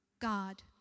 God